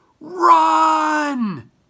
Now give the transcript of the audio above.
RUN